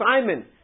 Simon